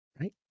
Right